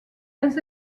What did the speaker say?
elles